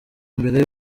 mbere